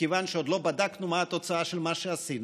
מכיוון שעוד לא בדקנו מה התוצאה של מה שעשינו,